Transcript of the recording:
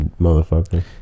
motherfucker